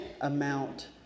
amount